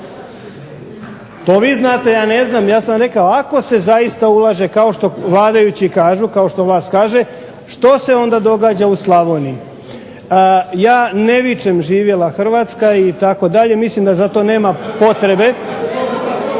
To nisam ja rekao, ja sam rekao ako se zaista ulaže kao što vladajući kažu, kao što vlast kaže, što se onda događa u Slavoniji. Ja ne vičem živjela Hrvatska itd., mislim da za to nema potrebe,